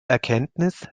erkenntnis